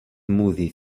movie